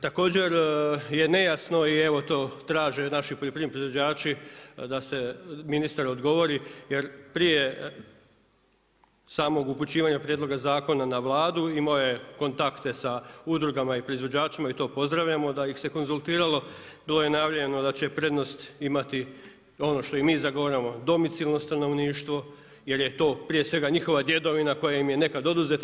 Također, je nejasno i evo to traže naši poljoprivredni proizvođači, da se ministar odgovori, jer prije samog upućivanja prijedloga zakona na Vladu i moje kontakte sa udrugama i proizvođačima i to pozdravljamo, da ih se konzultiralo to je najavljeno da će prednost imati, ono što i mi zagovaramo, domicilno stanovništvo, jer je to prije svega njihova djedovima koja im je kad oduzeta.